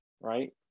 right